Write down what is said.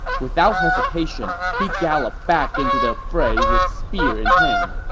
without hesitation, he galloped back into the fray with spear in hand.